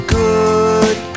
good